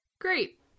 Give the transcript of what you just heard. Great